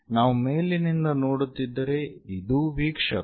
ನಾವು ಮೇಲಿನಿಂದ ನೋಡುತ್ತಿದ್ದರೆ ಇದು ವೀಕ್ಷಕ